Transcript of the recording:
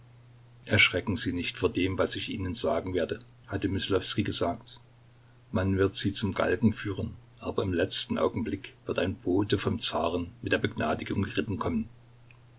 erschrecken sie nicht vor dem was ich ihnen sagen werde hatte myslowskij gesagt man wird sie zum galgen führen aber im letzten augenblick wird ein bote vom zaren mit der begnadigung geritten kommen